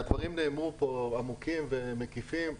נאמרו פה דברים עמוקים ומקיפים.